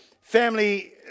family